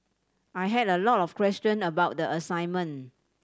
I had a lot of question about the assignment